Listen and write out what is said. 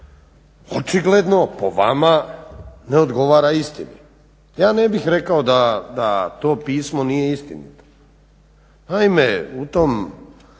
Očigledno po vama ne odgovara istini. Ja ne bih rekao da to pismo nije istinito. Naime u tom